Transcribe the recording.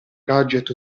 gadget